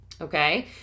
Okay